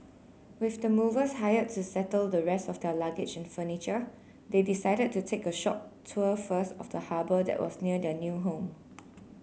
with the movers hired to settle the rest of their luggage and furniture they decided to take a short tour first of the harbour that was near their new home